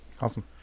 Awesome